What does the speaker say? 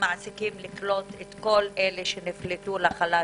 המעסיקים לקלוט את כל אלה שנפלטו לחל"תים,